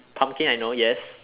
pumpkin I know yes